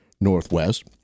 Northwest